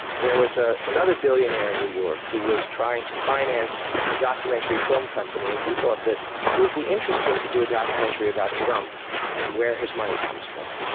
there was ah another billionaire in new york he was trying to finance a documentary film company, and he thought that it would be interesting to do a documentary about trump and where his money comes from.